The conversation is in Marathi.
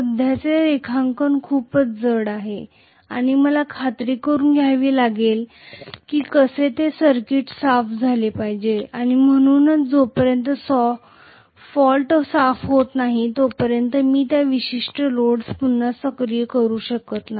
सध्याचे रेखांकन खूपच जड आहे आणि मला खात्री करून घ्यावी लागेल की कसे तरी सर्किट साफ झाले आहे म्हणून जोपर्यंत फॉल्ट साफ होत नाही तोपर्यंत मी त्या विशिष्ट लोडस पुन्हा सक्रिय करू शकत नाही